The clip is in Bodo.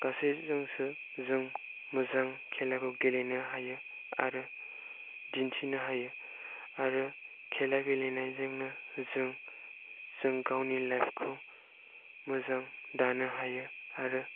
गासैजोंसो जों मोजां खेलाखौ गेलेनो हायो आरो दिन्थिनो हायो आरो खेला गेलेनायजोंनो जों गावनि लाइफ खौ मोजां दानो हायो आरो